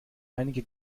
einige